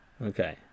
Okay